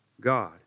God